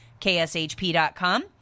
kshp.com